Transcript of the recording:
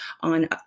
on